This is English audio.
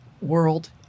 world